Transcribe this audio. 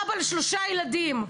אבא לשלושה ילדים.